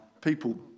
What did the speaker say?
People